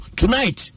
tonight